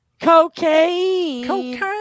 cocaine